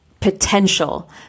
potential